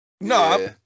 No